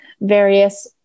various